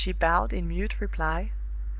she bowed in mute reply,